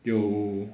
有